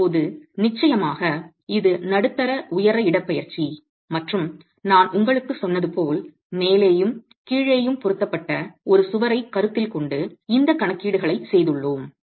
இப்போது நிச்சயமாக இது நடுத்தர உயர இடப்பெயர்ச்சி மற்றும் நான் உங்களுக்குச் சொன்னது போல் மேலேயும் கீழேயும் பொருத்தப்பட்ட ஒரு சுவரைக் கருத்தில் கொண்டு இந்தக் கணக்கீடுகளைச் செய்துள்ளோம்